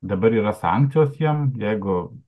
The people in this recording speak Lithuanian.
dabar yra sankcijos jiem jeigu